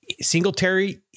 Singletary